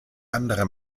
andere